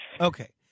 Okay